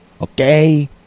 okay